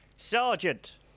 Sergeant